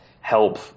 help